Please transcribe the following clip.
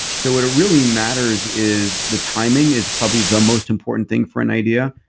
so what really matters is, the timing is probably the most important thing for an idea.